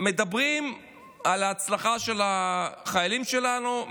מדברים על ההצלחה של החיילים שלנו,